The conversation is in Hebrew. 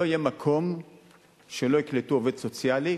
לא יהיה מקום שלא יקלטו עובד סוציאלי